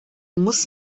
muss